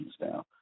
now